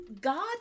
God